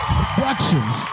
Productions